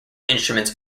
instruments